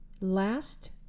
last